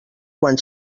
quan